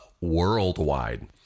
worldwide